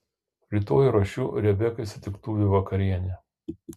rytoj ruošiu rebekai sutiktuvių vakarienę